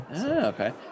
okay